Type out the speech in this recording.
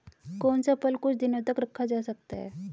कौन सा फल कुछ दिनों तक रखा जा सकता है?